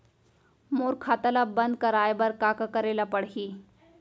मोर खाता ल बन्द कराये बर का का करे ल पड़ही?